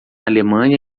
alemanha